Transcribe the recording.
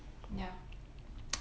ya